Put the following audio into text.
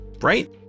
Right